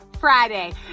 Friday